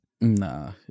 Nah